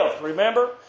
remember